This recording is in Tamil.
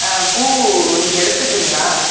பூ நீங்கள் எடுத்துக்கிறீங்களா